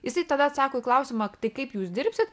jisai tada atsako į klausimą tai kaip jūs dirbsit